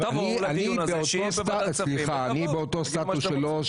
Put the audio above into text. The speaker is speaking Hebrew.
אני באותו סטטוס שלו,